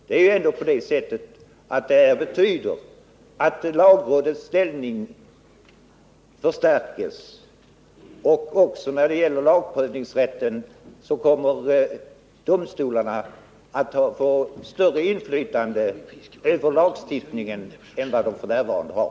Det är ändå så att det här förslaget betyder att lagrådets ställning förstärks. Också när det gäller lagprövningsrätten kommer domstolarna att få större inflytande över lagstiftningen än de nu har.